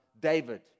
David